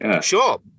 Sure